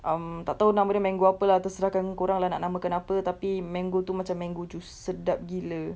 um tak tahu nama dia mango apa lah terserah kan kau orang lah nak namakan apa tapi mango itu macam mango juice sedap gila